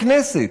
הכנסת,